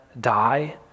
die